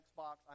Xbox